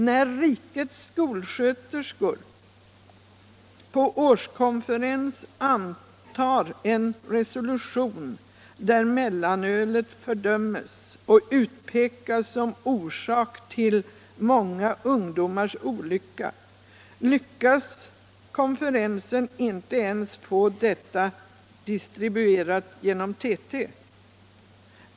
När rikets skolsköterskor på årskonferens antar en resolution där mellanölet fördöms och utpekas som orsaken till många ungdomars olycka kan konferensen inte ens få detta distribuerat genom TT.